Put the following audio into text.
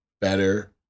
better